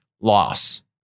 loss